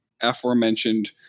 aforementioned